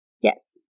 Yes